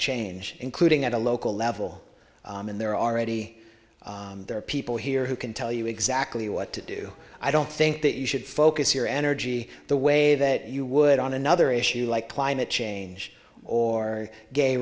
change including at a local level and there are already there are people here who can tell you exactly what to do i don't think that you should focus your energy the way that you would on another issue like climate change or gay